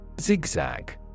Zigzag